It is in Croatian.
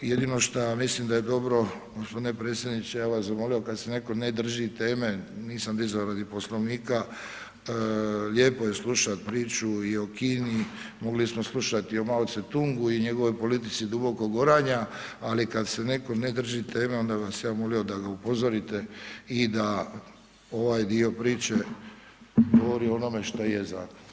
Jedino što mislim da je dobro, g. predsjedniče, ja bi vas zamolio, kad se neko ne drži teme, nisam dizao radi Poslovnika, lijepo je slušati priču i o Kini, mogli smo slušati i o Mao Ce-tungu i o njegovoj politici dubokog oranja, ali kad se netko ne drži teme, onda bih vas ja molio da ga upozorite i da ovaj dio priče govori o onome što jest za.